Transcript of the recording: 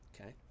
Okay